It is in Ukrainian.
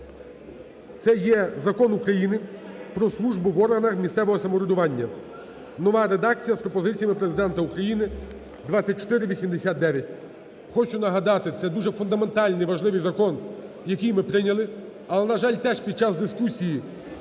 Це є Закон України "Про службу в органах місцевого самоврядування" (нова редакція) з пропозиціями Президента України (2489). Хочу нагадати, це дуже фундаментальний і важливий закон, який ми прийняли. Але, на жаль, десь під час дискусії